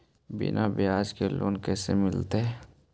बिना ब्याज के लोन कैसे मिलतै?